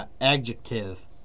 Adjective